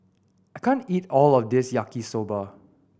I can't eat all of this Yaki Soba